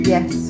Yes